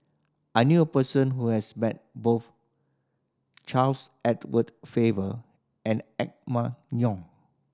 I knew a person who has met both Charles Edward Faber and Emma Yong